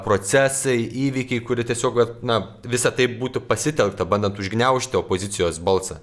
procesai įvykiai kurie tiesiog na visa tai būtų pasitelkta bandant užgniaužti opozicijos balsą